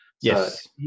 Yes